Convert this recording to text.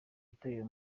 itorero